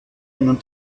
einen